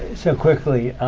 so quickly,